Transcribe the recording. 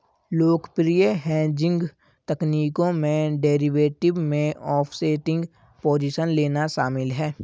लोकप्रिय हेजिंग तकनीकों में डेरिवेटिव में ऑफसेटिंग पोजीशन लेना शामिल है